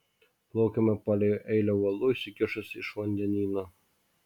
plaukėme palei eilę uolų išsikišusių iš vandenyno